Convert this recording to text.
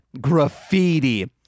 graffiti